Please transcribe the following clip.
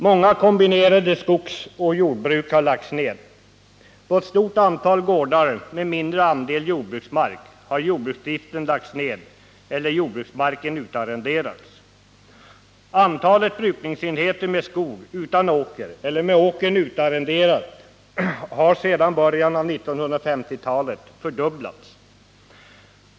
Många kombinerade skogsoch jordbruk har lagts ned. På ett stort antal gårdar med mindre andel jordbruksmark har jordbruksdriften lagts ned eller jordbruksmarken utarrenderats. Antalet brukningsenheter med skog utan åker eller med åkern utarrenderad har sedan början av 1950-talet fördubblats.